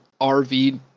RV